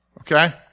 okay